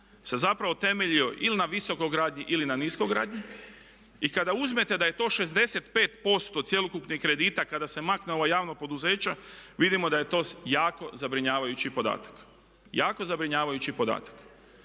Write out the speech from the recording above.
se zapravo temeljio ili na visokogradnji ili na niskogradnji i kada uzmete da je to 65% cjelokupnih kredita kada se makne ova javna poduzeća vidimo da je to jako zabrinjavajući podatak. Kad vidite